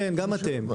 גם אתם,